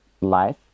life